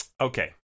Okay